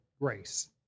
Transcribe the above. grace